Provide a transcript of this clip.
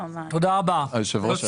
תודה רבה.